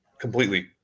completely